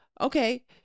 okay